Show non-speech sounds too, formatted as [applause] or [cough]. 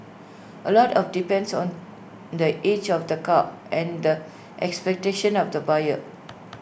A lot depends on the age of the car and the expectations of the buyer [noise]